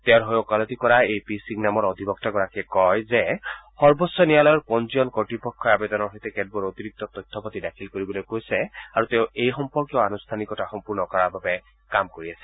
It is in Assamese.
তেওঁৰ হৈ ওকালতি কৰা এ পি সিং নামৰ অধিবক্তাগৰাকীয়ে কয় যে সৰ্বোচ্চ ন্যায়ালয়ৰ পঞ্জীয়ন কৰ্তপক্ষই আবেদনৰ সৈতে কেতবোৰ অতিৰিক্ত তথ্য পাতি দাখিল কৰিবলৈ কৈছে আৰু তেওঁ এই সম্পৰ্কীয় আনষ্ঠানিকতা সম্পৰ্ণ কৰাৰ বাবে কাম কৰি আছে